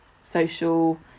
social